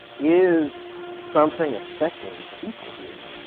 is something effecting the people here?